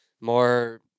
more